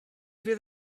fydd